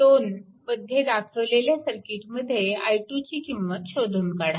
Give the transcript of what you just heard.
20 मध्ये दाखवलेल्या सर्किटमध्ये i2 ची किंमत शोधून काढा